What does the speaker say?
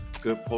good